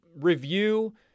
review